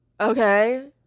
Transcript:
Okay